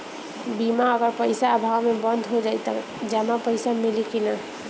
बीमा अगर पइसा अभाव में बंद हो जाई त जमा पइसा मिली कि न?